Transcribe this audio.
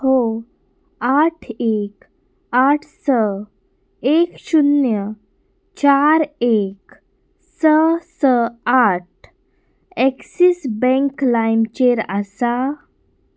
हो आठ एक आठ स एक शुन्य चार एक स स आठ एक्सीस बँक लायमचेर आसा